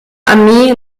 armee